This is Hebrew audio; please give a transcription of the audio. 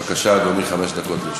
בבקשה, אדוני, חמש דקות לרשותך.